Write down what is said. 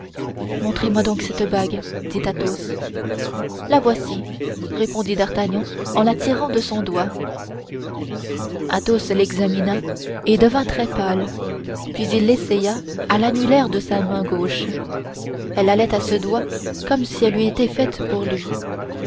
montrez-moi donc cette bague dit athos la voici répondit d'artagnan en la tirant de son doigt athos l'examina et devint très pâle puis il l'essaya à l'annulaire de sa main gauche elle allait à ce doigt comme si elle eût été faite pour lui